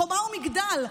חומה ומגדל.